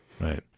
Right